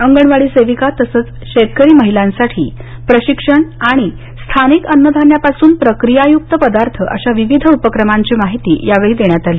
अंगणवाडी सेविका तसंच शेतकरी महिलांसाठी प्रशिक्षण तसंच स्थानिक अन्न धान्या पासून प्रक्रियायुक्त पदार्थ अशा विविध उपक्रमांची माहिती यावेळी देण्यात आली